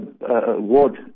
ward